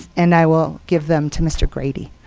and i will give them to mr. grady.